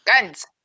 Guns